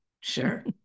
Sure